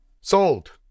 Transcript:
sold